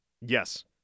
Yes